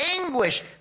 anguish